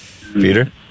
Peter